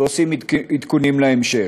ועושים עדכונים להמשך.